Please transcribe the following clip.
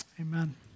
Amen